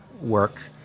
work